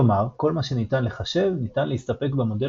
כלומר כל מה שניתן לחשב - ניתן להסתפק במודל